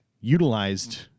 utilized